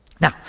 Now